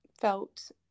felt